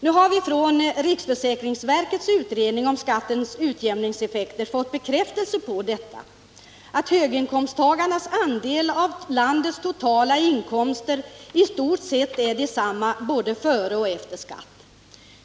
Nu har vi från riksförsäkringsverkets utredning om skattens utjämningseffekter fått bekräftelse på att höginkomsttagarnas andel av landets totala inkomster i stort sett är densamma både före och efter skatt.